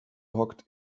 hockt